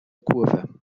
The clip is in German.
kurve